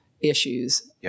issues